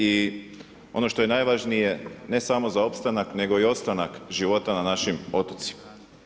I ono što je najvažnije ne samo za opstanak nego i ostanak života na našim otocima.